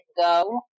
go